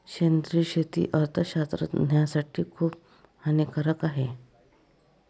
सेंद्रिय शेती अर्थशास्त्रज्ञासाठी खूप हानिकारक आहे